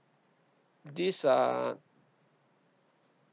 this uh